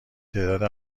تعداد